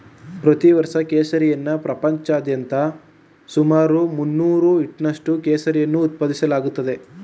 ಪ್ರತಿ ವರ್ಷ ಕೇಸರಿಯನ್ನ ಪ್ರಪಂಚಾದ್ಯಂತ ಸುಮಾರು ಮುನ್ನೂರು ಟನ್ನಷ್ಟು ಕೇಸರಿಯನ್ನು ಉತ್ಪಾದಿಸಲಾಗ್ತಿದೆ